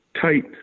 tight